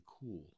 cool